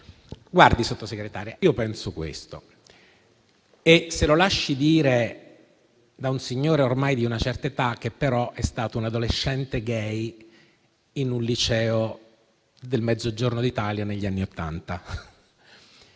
signora Sottosegretaria, se lo lasci dire da un signore ormai di una certa età, che però è stato un adolescente gay in un liceo del Mezzogiorno d'Italia negli anni Ottanta: